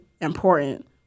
important